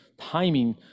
timing